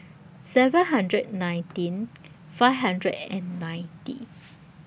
seven hundred nineteen five hundred and ninety